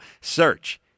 Search